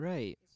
Right